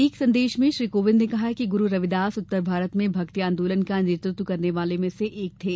एक संदेश में श्री कोविंद ने कहा कि गुरु रविदास उत्तर भारत में भक्ति आंदोलन का नेतृत्व करने वालों में से एक थे